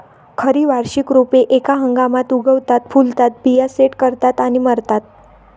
खरी वार्षिक रोपे एका हंगामात उगवतात, फुलतात, बिया सेट करतात आणि मरतात